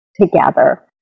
together